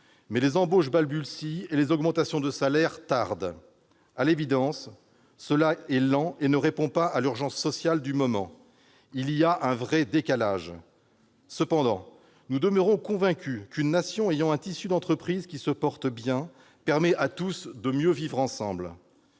mais les embauches balbutient et les augmentations de salaire tardent. À l'évidence, le mouvement est lent et ne répond pas à l'urgence sociale du moment : on constate un vrai décalage. Cependant, nous demeurons convaincus qu'une nation ayant un tissu d'entreprises qui se porte bien permet à tous de mieux vivre ensemble.